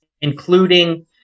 including